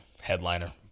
headliner